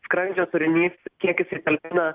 skrandžio turinys kiek jisai talpina